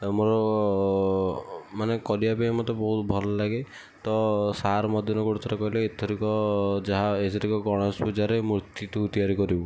ଆଉ ମୋର ମାନେ କରିବା ପାଇଁ ବହୁତ ଭଲଲାଗେ ତ ସାର୍ ମତେ ଦିନେ ଗୋଟେ ଥର କହିଲେ ଏଥରିକ ଯାହା ଏଥରକ ଗଣେଶ ପୂଜାରେ ମୂର୍ତ୍ତି ତୁ ତିଆରି କରିବୁ